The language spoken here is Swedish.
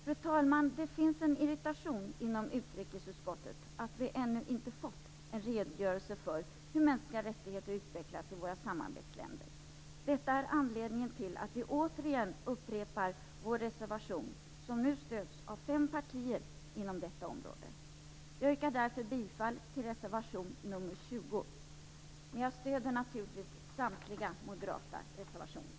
Fru talman! Det finns en irritation inom utrikesutskottet över att vi ännu inte fått en redogörelse för hur mänskliga rättigheter utvecklas i våra samarbetsländer. Detta är anledningen till att vi återigen upprepar vår reservation inom detta område, som nu stöds av fem partier. Jag yrkar därför bifall till reservation nr 20, men jag stöder naturligtvis samtliga moderata reservationer.